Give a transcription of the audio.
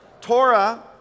Torah